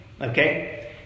okay